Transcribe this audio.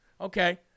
Okay